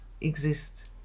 exist